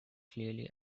clearly